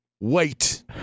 Wait